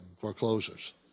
foreclosures